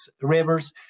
rivers